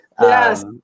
Yes